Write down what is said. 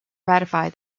ratify